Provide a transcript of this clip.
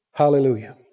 Hallelujah